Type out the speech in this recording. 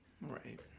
Right